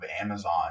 Amazon